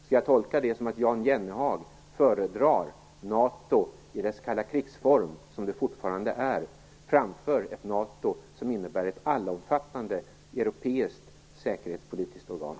Skall jag tolka det som att Jan Jennehag föredrar NATO i dess kalla-krigs-form, vilken NATO fortfarande har, framför NATO som ett allomfattande europeiskt säkerhetspolitiskt organ?